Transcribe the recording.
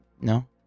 No